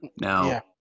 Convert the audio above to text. Now